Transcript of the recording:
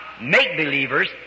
make-believers